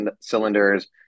cylinders